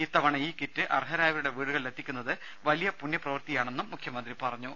ഇത്തവണ ഈ കിറ്റ് അർഹരായവരുടെ വീടുകളിലെത്തിക്കുന്നത് വലിയ പുണ്യപ്രവൃത്തിയാണെന്ന് മുഖ്യമന്ത്രി പറഞ്ഞു